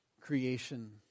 creation